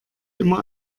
immer